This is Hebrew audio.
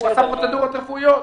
הוא עשה פרוצדורות רפואיות,